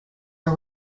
are